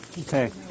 Okay